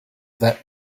that